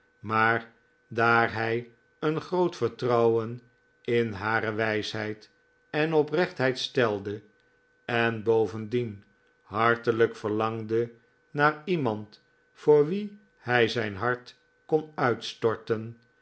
maar daar hij een groot vertrouwen in hare wijsheid en oprechtheid stelde en bovendien hartelijk verlangde naar iemand voor wien hij zijn hart kon uitstorten